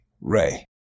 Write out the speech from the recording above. ray